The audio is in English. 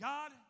God